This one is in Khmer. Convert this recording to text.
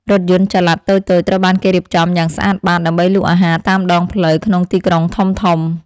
រថយន្តចល័តតូចៗត្រូវបានគេរៀបចំយ៉ាងស្អាតបាតដើម្បីលក់អាហារតាមដងផ្លូវក្នុងទីក្រុងធំៗ។